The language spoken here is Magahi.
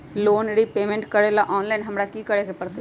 लोन रिपेमेंट करेला ऑनलाइन हमरा की करे के परतई?